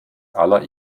aller